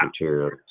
materials